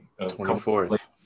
24th